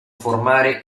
formare